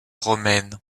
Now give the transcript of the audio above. romaine